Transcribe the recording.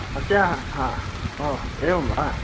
अस्याः हा ओ एवं वा